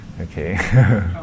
Okay